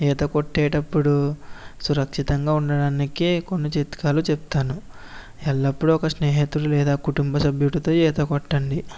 ఈత కొట్టేటప్పుడు సురక్షితంగా ఉండడానికి కొన్ని చిట్కాలు చెప్తాను ఎల్లపుడు ఒక స్నేహితుడు లేదా కుటుంబ సభ్యుడితో ఈత కొట్టండి